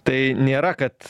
tai nėra kad